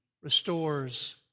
restores